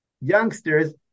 youngsters